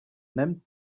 nennt